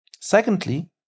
Secondly